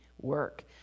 work